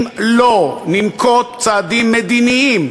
אם לא ננקוט צעדים מדיניים